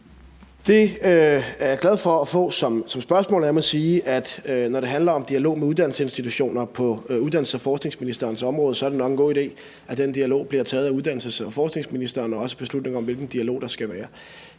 Det er jeg glad for at få som spørgsmål. Og lad mig sige, at når det handler om dialog med uddannelsesinstitutioner på uddannelses- og forskningsministerens område, er det nok en god idé, at den dialog bliver taget af uddannelses- og forskningsministeren, og det gælder også beslutningen om, hvilken dialog der skal være.